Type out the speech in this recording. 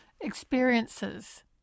experiences